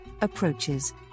approaches